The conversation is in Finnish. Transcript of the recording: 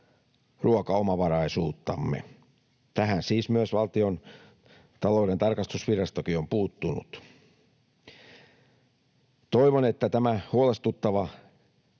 ruokaomavaraisuuttamme. Tähän siis myös Valtiontalouden tarkastusvirastokin on puuttunut. Toivon, että tämä huolestuttava